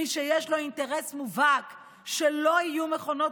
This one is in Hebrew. מי שיש להן אינטרס מובהק שלא יהיו מכונות